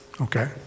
Okay